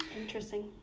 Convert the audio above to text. Interesting